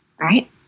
Right